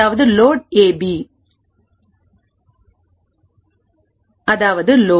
அதாவது load A B 1